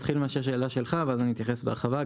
אתחיל מהשאלה שלך ואז אתייחס בהרבה.